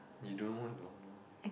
you don't know what is lao nua